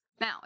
Now